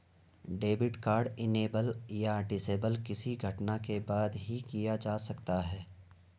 debit card enable या disable किसी घटना के बाद ही किया जा सकता है